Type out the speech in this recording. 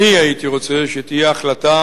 אני הייתי רוצה שתהיה החלטה